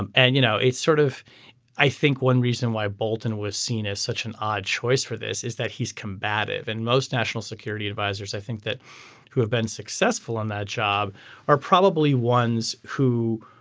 and and you know it's sort of i think one reason why bolton was seen as such an odd choice for this is that he's combative and most national security advisers. i think that who have been successful in that job are probably ones who